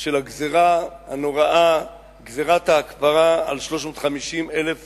של הגזירה הנוראה, גזירת ההקפאה על 350,000